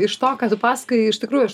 iš to ką tu pasakoji iš tikrųjų aš